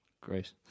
Great